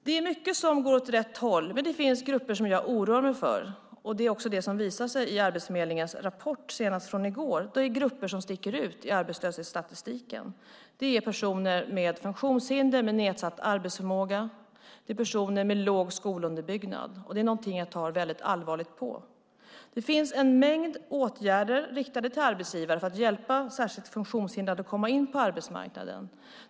Det är mycket som går åt rätt håll, men det finns grupper som jag oroar mig för. Det är också det som visar sig i Arbetsförmedlingens rapport, senast från i går. Det är grupper som sticker ut i arbetslöshetsstatistiken. Det är personer med funktionshinder, med nedsatt arbetsförmåga. Det är personer med låg skolunderbyggnad. Det är någonting jag tar väldigt allvarligt på. Det finns en mängd åtgärder riktade till arbetsgivare för att särskilt hjälpa funktionshindrade att komma in på arbetsmarknaden.